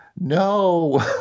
No